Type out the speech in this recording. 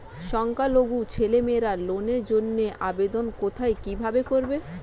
সংখ্যালঘু ছেলেমেয়েরা লোনের জন্য আবেদন কোথায় কিভাবে করবে?